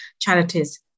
charities